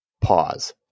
pause